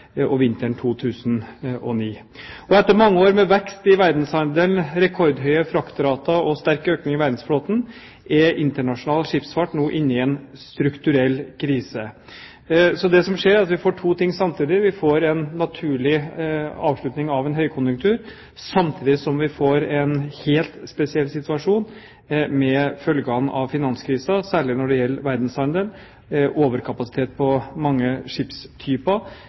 og vinteren 2009. Etter mange år med vekst i verdenshandelen, rekordhøye fraktrater og sterk økning i verdensflåten er internasjonal skipsfart nå inne i en strukturell krise. Så det som skjer, er at vi får to ting samtidig: Vi får en naturlig avslutning av en høykonjunktur, samtidig som vi får en helt spesiell situasjon med følgene av finanskrisen, særlig når det gjelder verdenshandelen – overkapasitet på mange skipstyper